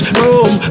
room